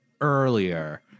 earlier